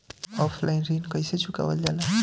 Offline ऋण कइसे चुकवाल जाला?